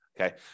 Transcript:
Okay